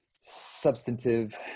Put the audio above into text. substantive